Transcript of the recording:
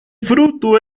fruto